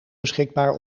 beschikbaar